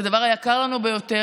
את הדבר היקר לנו ביותר,